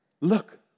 look